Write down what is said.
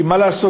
כי מה לעשות,